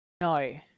No